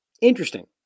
Interesting